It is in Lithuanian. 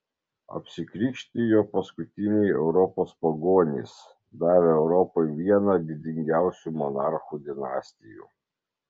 apsikrikštijo paskutiniai europos pagonys davę europai vieną didingiausių monarchų dinastijų